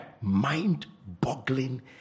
Mind-boggling